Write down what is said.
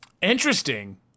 interesting